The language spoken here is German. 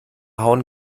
hauen